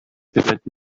терять